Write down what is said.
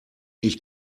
ich